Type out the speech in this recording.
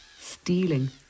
stealing